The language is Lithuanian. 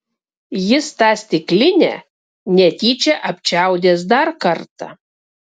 jis tą stiklinę netyčia apčiaudės dar kartą